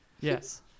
Yes